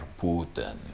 Putin